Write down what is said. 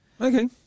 Okay